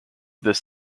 this